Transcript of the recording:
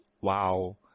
wow